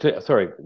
sorry